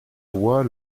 voix